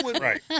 right